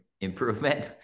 improvement